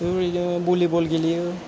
बेफोरबायदिनो भलिबल गेलेयो